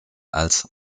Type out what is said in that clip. als